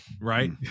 right